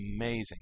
amazing